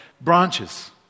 Branches